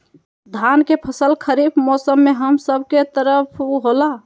धान के फसल खरीफ मौसम में हम सब के तरफ होला